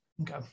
Okay